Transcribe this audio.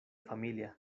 familia